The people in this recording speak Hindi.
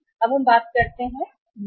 अब हम बात करते हैं माल